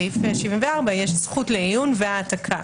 בסעיף 74 זכות לעיון והעתקה.